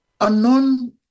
unknown